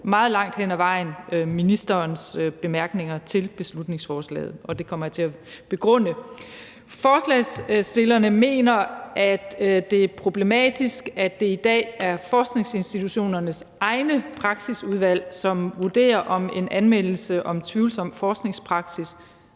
meget langt hen ad vejen ministerens bemærkninger til beslutningsforslaget, og det kommer jeg til at begrunde. Forslagsstillerne mener, at det er problematisk, at det i dag er forskningsinstitutionernes egne praksisudvalg, som vurderer, om en anmeldelse om tvivlsom forskningspraksis